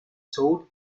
toad